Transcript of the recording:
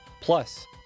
plus